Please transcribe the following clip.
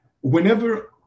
Whenever